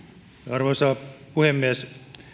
arvoisa puhemies